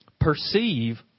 perceive